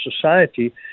society